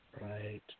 Right